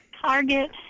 Target